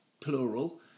plural